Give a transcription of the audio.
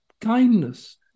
kindness